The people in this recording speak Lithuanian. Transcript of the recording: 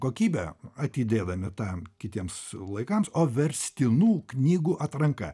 kokybe atidėdami tam kitiems laikams o verstinų knygų atranka